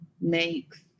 makes